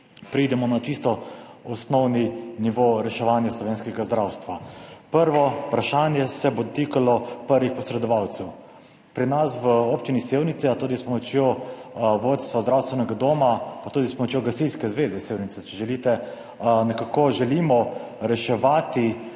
preidemo na čisto osnovni nivo reševanja slovenskega zdravstva. Prvo vprašanje se bo dotikalo prvih posredovalcev. Pri nas v občini Sevnica, tudi s pomočjo vodstva zdravstvenega doma, pa tudi s pomočjo Gasilske zveze Sevnica, če želite, želimo reševati